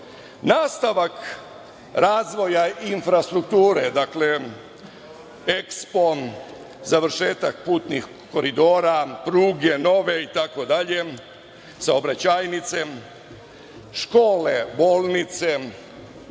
razvoja infrastrukture, dakle, EKSPO, završetak putnih koridora, pruge nove itd. saobraćajnice, škole, bolnice,